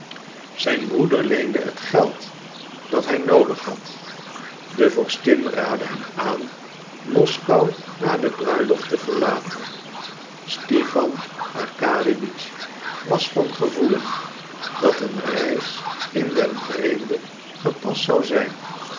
zijn broeder leende het geld dat hij noodig had de vorstin raadde hem aan moskou na de bruiloft te verlaten stipan arkadiewitsch was van gevoelen dat een reis in den vreemde gepast zou zijn